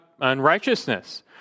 unrighteousness